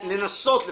לנסות לפחות,